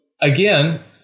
again